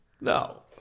No